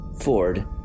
Ford